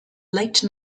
late